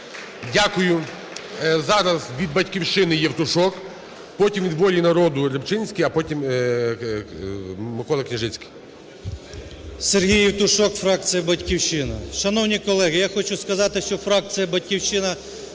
Дякую. Зараз від "Батьківщини" Євтушок. Потім від "Волі народу" Рибчинський. А потім – Микола Княжицький. 10:42:35 ЄВТУШОК С.М. Сергій Євтушок, фракція "Батьківщина". Шановні колеги, я хочу сказати, що фракція "Батьківщина"